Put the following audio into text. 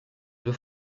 deux